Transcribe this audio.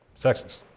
sexist